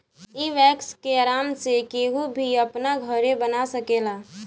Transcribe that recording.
इ वैक्स के आराम से केहू भी अपना घरे बना सकेला